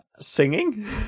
Singing